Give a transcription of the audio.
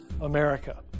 America